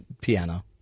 piano